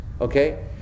Okay